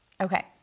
Okay